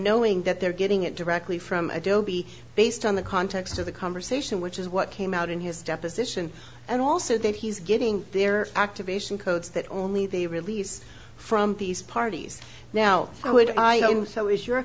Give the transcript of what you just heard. knowing that they're getting it directly from adobe based on the context of the conversation which is what came out in his deposition and also that he's getting their activation codes that only they release from these parties now why would i and so is your